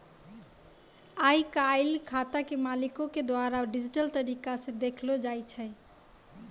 आइ काल्हि खाता के मालिको के द्वारा डिजिटल तरिका से देखलो जाय छै